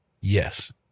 Yes